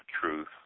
truth